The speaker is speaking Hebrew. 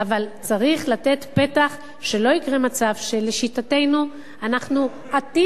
אבל צריך לתת פתח שלא יקרה מצב שלשיטתנו אנחנו עטים על